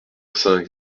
cinq